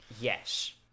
Yes